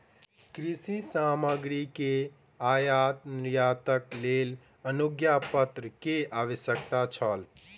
कृषि सामग्री के आयात निर्यातक लेल अनुज्ञापत्र के आवश्यकता छल